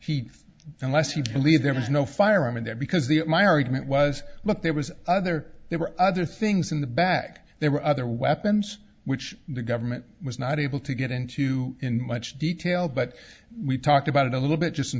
he unless you believe there was no firearm in there because the my argument was look there was other there were other things in the back there were other weapons which the government was not able to get into in much detail but we talked about it a little bit just in